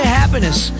happiness